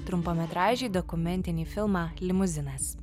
trumpametražį dokumentinį filmą limuzinas